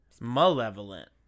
Malevolent